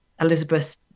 Elizabeth